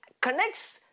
connects